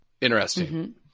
interesting